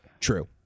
True